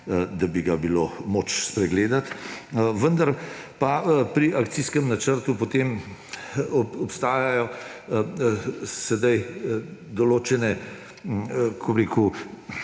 da bi ga bilo moč spregledati. Vendar pa pri akcijskem načrtu obstajajo sedaj določene, kako bi rekel,